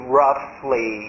roughly